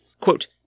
quote